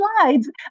slides